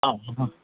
ആ ആ